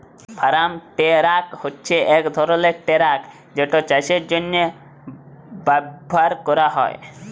farm tractor হছে ইক ধরলের টেরাক যেট চাষের জ্যনহে ব্যাভার ক্যরা হয়